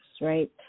right